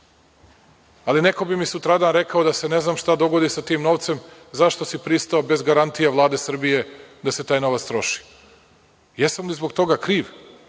Ali, neko bi mi sutradan rekao da se ne znam šta dogodi sa tim novce, zašto si pristao bez garancije Vlade Srbije, da se taj novac troši. Jesam li zbog toga kriv?